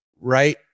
right